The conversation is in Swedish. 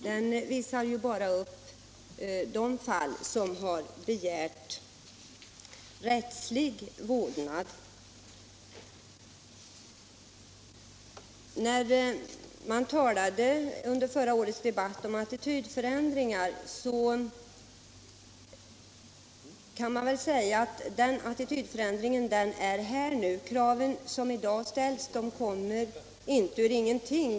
Den visar ju bara de fall där rättslig vårdnad har begärts. Under förra årets debatt talade man om attitydförändring, och man kan väl säga att den attitydförändringen är här nu. De krav som i dag ställs kommer inte ur ingenting.